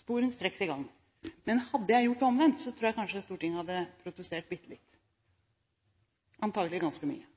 sporenstreks i gang. Men hadde jeg gjort det omvendt, tror jeg kanskje Stortinget hadde protestert bitte litt – antagelig ganske mye.